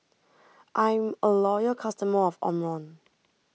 I'm a loyal customer of Omron